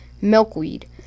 milkweed